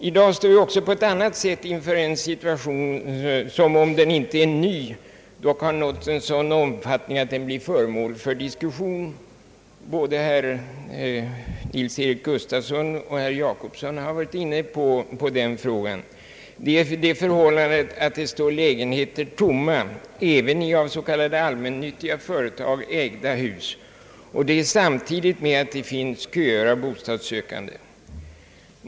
I dag står vi också på ett annat sätt inför en situation, som även om den inte är ny dock har nått sådan omfattning att saken diskuteras — både herr Nils-Eric Gustafsson och herr Jacobsson har berört det förhållandet att lägenheter står tomma även i hus ägda av s.k. allmännyttiga företag, och detta samtidigt med att det finns köer av bostadssökande.